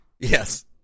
Yes